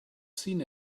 seen